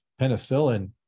penicillin